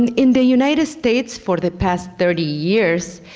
and in the united states for the past thirty years,